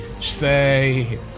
say